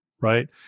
right